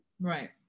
Right